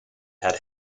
had